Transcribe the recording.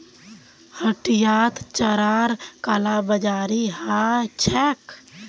हटियात चारार कालाबाजारी ह छेक